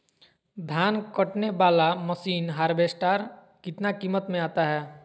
धान कटने बाला मसीन हार्बेस्टार कितना किमत में आता है?